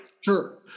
Sure